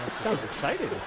sounds exciting.